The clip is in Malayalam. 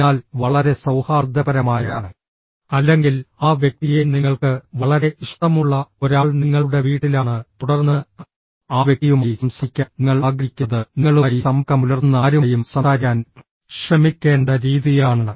അതിനാൽ വളരെ സൌഹാർദ്ദപരമായ അല്ലെങ്കിൽ ആ വ്യക്തിയെ നിങ്ങൾക്ക് വളരെ ഇഷ്ടമുള്ള ഒരാൾ നിങ്ങളുടെ വീട്ടിലാണ് തുടർന്ന് ആ വ്യക്തിയുമായി സംസാരിക്കാൻ നിങ്ങൾ ആഗ്രഹിക്കുന്നത് നിങ്ങളുമായി സമ്പർക്കം പുലർത്തുന്ന ആരുമായും സംസാരിക്കാൻ ശ്രമിക്കേണ്ട രീതിയാണ്